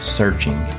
searching